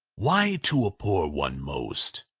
why to a poor one most?